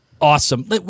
awesome